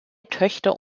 töchter